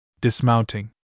Dismounting